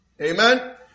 Amen